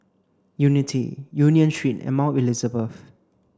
Unity Union Street and Mount Elizabeth